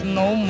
no